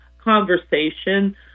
conversation